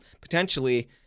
potentially